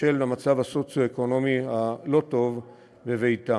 בשל המצב הסוציו-אקונומי הלא-טוב בביתם.